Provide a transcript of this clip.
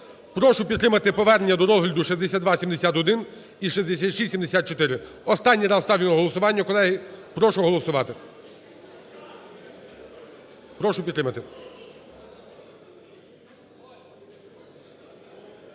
Прошу підтримати повернення до розгляду 6271 і 6674, останні раз ставлю на голосування, колеги. Прошу голосувати, прошу підтримати.